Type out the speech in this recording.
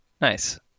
Nice